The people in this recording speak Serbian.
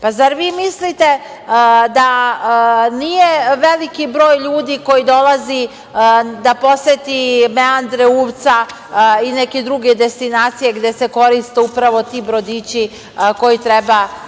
vi mislite da nije veliki broj ljudi koji dolazi da poseti meandre Uvca i neke druge destinacije, a gde se koriste upravo ti brodići koji treba